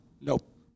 Nope